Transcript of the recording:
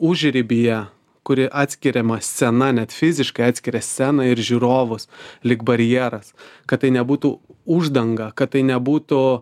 užribyje kuri atskiriama scena net fiziškai atskiria sceną ir žiūrovus lyg barjeras kad tai nebūtų uždanga kad tai nebūtų